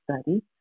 study